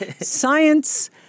science-